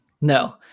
No